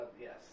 Yes